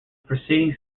preceding